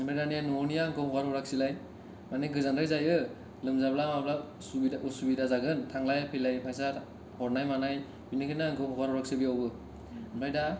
ओमफ्राय दानिया न'निआ आंखौ हगार हरासैलाय माने गोजानद्राय जायो लोमजाब्ला माब्ला सुबिदा उसुबिदा जागोन थांलाय फैलाय फायसा हरनाय मानाय बिनिखायनो आंखौ हगारहरासै बियावबो ओमफ्राय दा